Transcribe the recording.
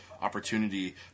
opportunity